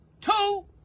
two